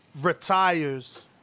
retires